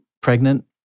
pregnant